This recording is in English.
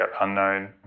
unknown